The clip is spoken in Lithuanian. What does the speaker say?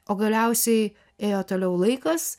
o galiausiai ėjo toliau laikas